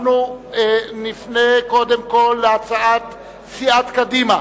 אנחנו נפנה קודם כול להצעת סיעת קדימה